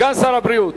סגן שר הבריאות,